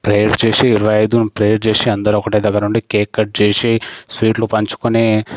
prayer చేసి ఇరవై ఐదున ప్రేయర్ చేసి అందరూ ఒకటే దగ్గరుండి కేక్ కట్ చేసి స్వీట్లు పంచుకొని